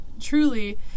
truly